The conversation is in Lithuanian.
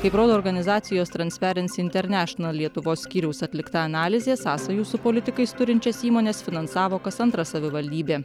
kaip rodo organizacijos tranperency internešenal lietuvos skyriaus atlikta analizė sąsajų su politikais turinčias įmones finansavo kas antra savivaldybė